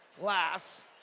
glass